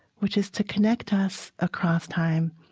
which is to connect us across time